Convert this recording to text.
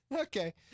Okay